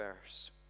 verse